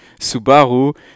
Subaru